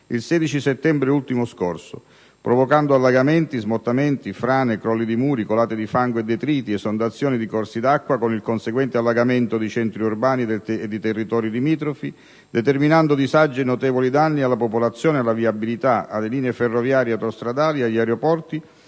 il 16 settembre ultimo scorso, provocando allagamenti, smottamenti, frane, crolli di muri, colate di fango e detriti, esondazioni di corsi d'acqua con il conseguente allagamento di centri urbani e di territori limitrofi, determinando disagi e notevoli danni alla popolazione, alla viabilità, alle linee ferroviarie ed autostradali, agli aeroporti